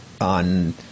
on